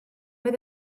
oedd